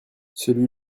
celui